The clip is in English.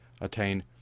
attain